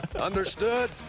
Understood